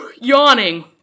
yawning